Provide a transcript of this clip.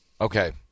Okay